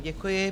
Děkuji.